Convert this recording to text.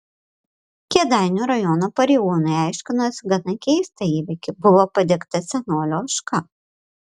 kėdainių rajono pareigūnai aiškinosi gana keistą įvykį buvo padegta senolio ožka